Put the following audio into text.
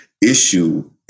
issue